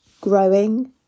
growing